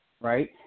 right